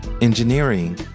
Engineering